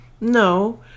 No